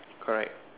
correct